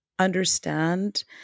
understand